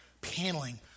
paneling